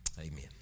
Amen